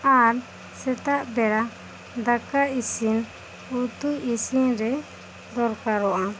ᱟᱨ ᱥᱮᱛᱟᱜ ᱵᱮᱲᱟ ᱫᱟᱠᱟ ᱤᱥᱤᱱ ᱩᱛᱩ ᱤᱥᱤᱱ ᱨᱮ ᱫᱚᱨᱠᱟᱨᱚᱜᱼᱟ